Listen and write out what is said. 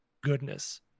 goodness